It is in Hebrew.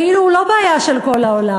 כאילו הוא לא בעיה של כל העולם,